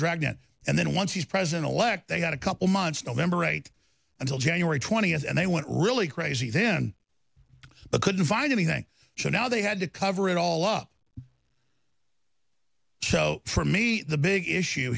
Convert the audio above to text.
dragnet and then once he's president elect they've got a couple months november right until january twentieth and they want really crazy then but couldn't find anything so now they had to cover it all up so for me the big issue